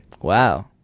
Wow